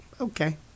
okay